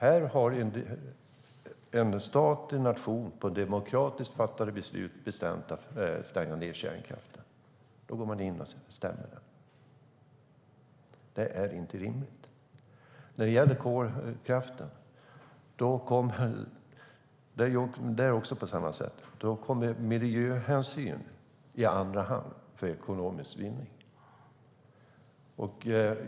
Här har en stat, en nation, efter ett demokratiskt fattat beslut bestämt att stänga ned kärnkraftverken. Då går man in och stämmer staten. Det är inte rimligt. När det gäller kolkraften är det på samma sätt. Miljöhänsynen kommer i andra hand efter ekonomisk vinning.